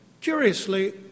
curiously